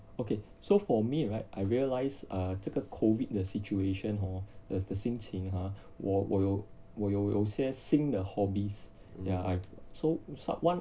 okay so for me right I realize err 这个 COVID 的 situation hor 的的心情 !huh! 我有我有有些新的 hobbies ya I've so~ some one